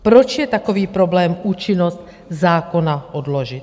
Proč je takový problém účinnost zákona odložit?